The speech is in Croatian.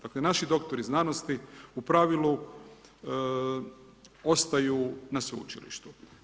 Dakle naši doktori znanosti u pravilu ostaju na sveučilištu.